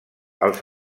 als